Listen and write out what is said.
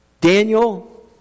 Daniel